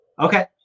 okay